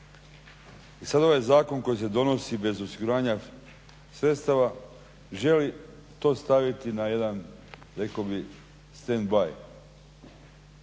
I sad ovaj zakon koji se donosi bez osiguranja sredstava želi to staviti na jedan rekao bih stand by.